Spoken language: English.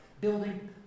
building